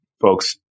folks